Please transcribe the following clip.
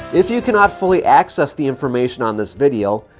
if you can not fully access the information on this video,